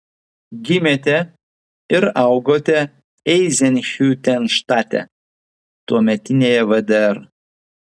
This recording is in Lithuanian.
gimėte ir augote eizenhiutenštate tuometinėje vdr